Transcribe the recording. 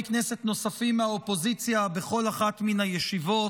כנסת נוספים מהאופוזיציה בכל אחת מן הישיבות.